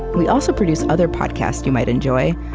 we also produce other podcasts you might enjoy,